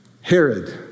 Herod